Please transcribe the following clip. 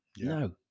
No